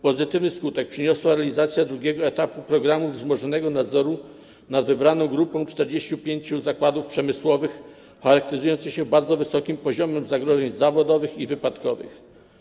Pozytywny skutek przyniosła realizacja drugiego etapu programu wzmożonego nadzoru nad wybraną grupą 45 zakładów przemysłowych charakteryzujących się bardzo wysokim poziomem zagrożeń zawodowych i wypadkowych.